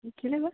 কেলৈ বা